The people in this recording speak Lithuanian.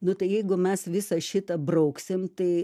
nu tai jeigu mes visą šitą brauksim tai